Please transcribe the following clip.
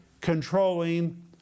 controlling